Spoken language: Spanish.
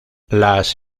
las